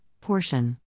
portion